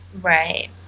Right